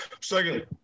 second